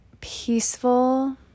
peaceful